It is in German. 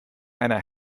einer